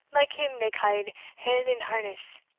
like him they ca'd hell-in-harness,